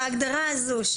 בהגדרה הזאת,